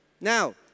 Now